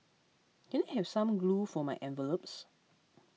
can I have some glue for my envelopes